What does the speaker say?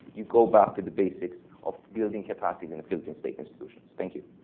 you go back to the basics of building capacity in the philippines' state institutions. thank you.